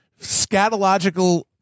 scatological